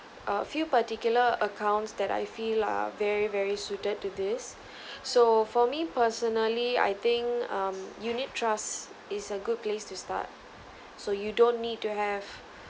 a few particular accounts that I feel are very very suited to this so for me personally I think um unit trust is a good place to start so you don't need to have